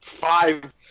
five